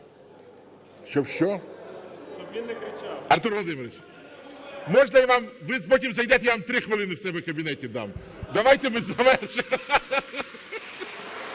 Щоб що? Артур Володимирович, можна вам, ви потім зайдете, я вам 3 хвилини в себе в кабінеті дам. Давайте ми завершимо.